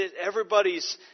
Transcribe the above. everybody's